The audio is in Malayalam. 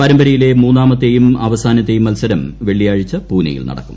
പരമ്പരയിലെ മൂന്നാമത്തെയും അവ്സാനത്തെയും മത്സരം വെള്ളിയാഴ്ച പൂനെയിൽ നടക്കും